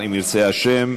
אם ירצה השם,